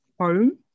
home